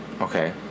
Okay